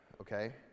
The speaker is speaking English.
okay